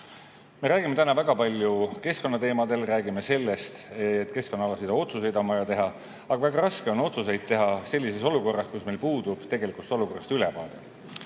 Me räägime täna väga palju keskkonnateemadel, räägime sellest, et keskkonnaalaseid otsuseid on vaja teha. Aga väga raske on otsuseid teha sellises olukorras, kus meil puudub tegelikust olukorrast ülevaade.